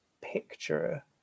picture